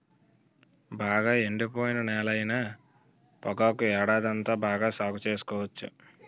బాగా ఎండిపోయిన నేలైన పొగాకు ఏడాదంతా బాగా సాగు సేసుకోవచ్చు